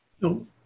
No